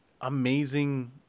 amazing